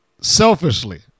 selfishly